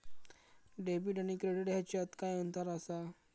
Debit आणि credit ह्याच्यात काय अंतर असा?